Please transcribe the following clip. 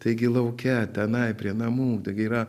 taigi lauke tenai prie namų yra